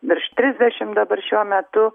virš trisdešim dabar šiuo metu